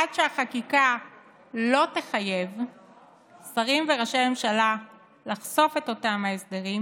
עד שהחקיקה לא תחייב שרים וראשי ממשלה לחשוף את אותם הסדרים,